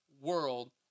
world